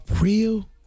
real